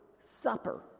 supper